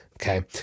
okay